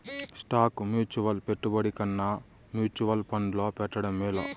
stock mutual పెట్టుబడి కన్నా mutual ఫండ్లో పెట్టడం మేలు